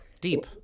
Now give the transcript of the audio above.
deep